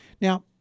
Now